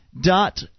dot